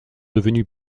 devenues